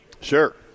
Sure